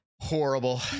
Horrible